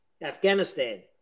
Afghanistan